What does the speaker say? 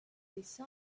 this